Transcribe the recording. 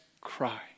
cry